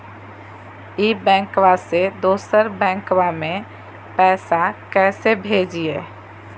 ई बैंकबा से दोसर बैंकबा में पैसा कैसे भेजिए?